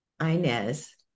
Inez